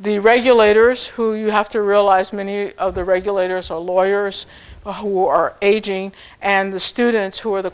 the regulators who you have to realize many of the regulators are lawyers who are aging and the students who are the